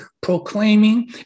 proclaiming